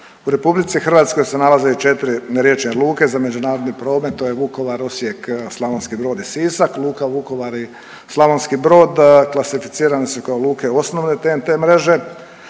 U RH se nalaze 4 riječne luke za međunarodni promet, to je Vukovar, Osijek, Slavonski Brod i Sisak. Luka Vukovar i Slavonski Brod klasificirani su kao luke osnovne TEN-T mreže.